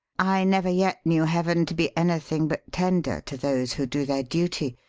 i never yet knew heaven to be anything but tender to those who do their duty,